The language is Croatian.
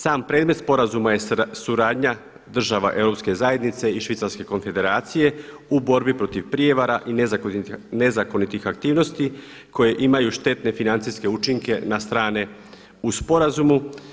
Sam predmeta sporazuma je suradnja država Europske zajednice i Švicarske konfederacije u borbi protiv prijevara i nezakonitih aktivnosti koje imaju štetne financijske učinke na strane u sporazumu.